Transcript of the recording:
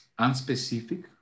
unspecific